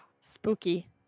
spooky